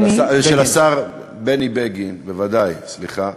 של השר בני בגין, בוודאי, סליחה.